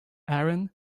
aaron